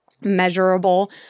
measurable